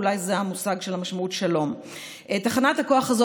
אולי זו המשמעות של המושג "שלום".